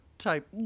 Type